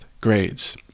grades